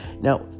Now